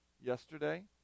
yesterday